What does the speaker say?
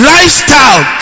Lifestyle